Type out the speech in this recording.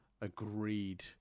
agreed